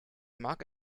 mag